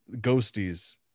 Ghosties